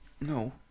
No